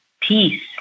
Peace